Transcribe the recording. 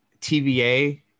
TVA